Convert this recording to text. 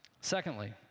Secondly